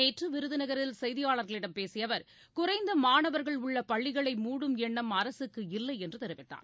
நேற்றுவிருதுநகரில் செய்தியாளர்களிடம் பேசியஅவர் குறைந்தமாணவர்கள் உள்ளபள்ளிகளை மூடும் எண்ணம் அரசுக்கு இல்லைஎன்றுதெரிவித்தார்